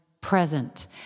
present